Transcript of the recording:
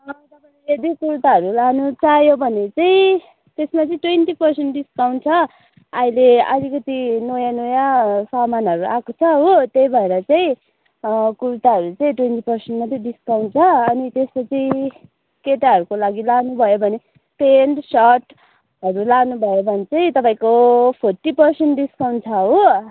तपाईँले कुर्ताहरु लानु चाह्यो भने चाहिँ त्यसमा चाहिँ ट्वेन्टी पर्सेन्ट डिस्काउन्ट छ अहिले अलिकति नयाँ नयाँ सामानहरू आएको छ हो त्यही भएर चाहिँ कुर्ताहरू चाहिँ ट्वेन्टी पर्सेन्ट मात्र डिस्काउन्ट छ अनि त्यसपछि केटाहरूको लागि लानुभयो भने पेन्ट सर्टहरू लानु भयो भने चाहिँ तपाईँको फोर्टी पर्सेन्ट डिस्काउन्ट छ हो